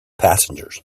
passengers